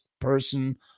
person